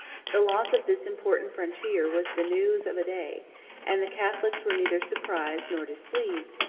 the loss of this important frontier was the news of a day and the catholics were neither surprised nor displeased,